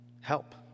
Help